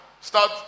start